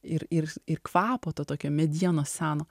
ir ir ir kvapo to tokio medienos seno